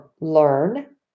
learn